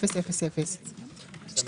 24.02.200000 ו-24.02.902000,